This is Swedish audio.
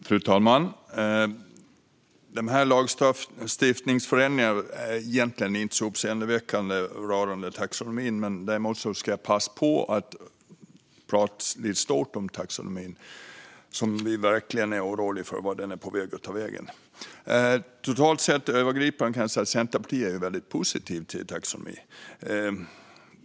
Fru talman! Lagstiftningsförändringarna rörande taxonomin är egentligen inte så uppseendeväckande, men jag ska passa på att prata lite om taxonomin i stort. Vi är verkligen oroliga för vart den är på väg. Övergripande kan jag säga att Centerpartiet är väldigt positivt till taxonomin.